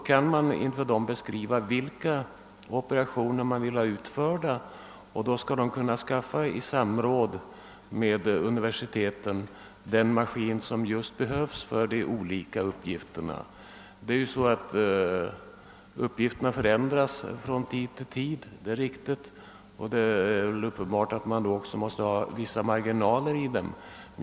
För denna nämnd kan man beskriva vilka operationer man vill ha utförda, och nämnden skall då i samråd med universiteten kunna skaffa den maskin som behövs för de olika uppgifterna. Uppgifterna förändras från tid till tid, och det är uppenbart att det också måste finnas vissa marginaler.